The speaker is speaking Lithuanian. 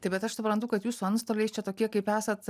tai vat aš suprantu kad jūs su antstoliais čia tokie kaip esat